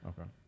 okay